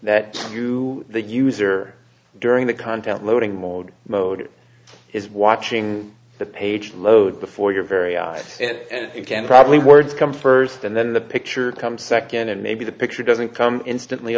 that to the user during the content loading mode mode it is watching the page load before your very eyes and you can probably words come first and then the picture comes second and maybe the picture doesn't come instantly